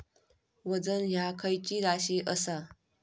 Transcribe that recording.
वजन ह्या खैची राशी असा?